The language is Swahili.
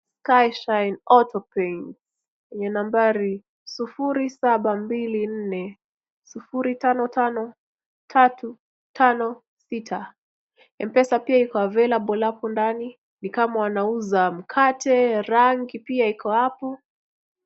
Car shine auto paint yenye nambari sufuri, saba, mbili, nne, sufuri, tano, tano, tatu, tano, sita. M-Pesa pia iko available hapo ndani. Ni kama wanauza mkate, rangi pia iko hapo.